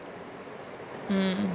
mm